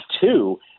two